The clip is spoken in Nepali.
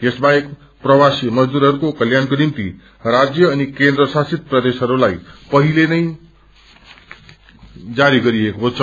यसबाहेक प्रवार्सी मजदूरहरूको कल्याणको निम्ति राज्य अनि केन्द्र शासित प्रदेशहरूलाई पहिले नै जारी गरिसकिएको छ